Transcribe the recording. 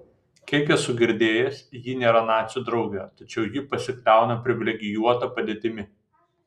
kiek esu girdėjęs ji nėra nacių draugė tačiau ji pasikliauna privilegijuota padėtimi